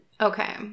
okay